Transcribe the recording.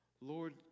Lord